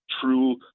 true